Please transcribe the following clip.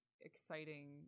exciting